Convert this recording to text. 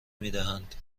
میدهند